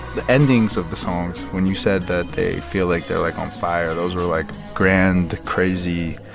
the endings of the songs when you said that they feel like they're, like, on fire those were, like, grand, crazy,